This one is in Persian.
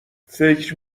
فکر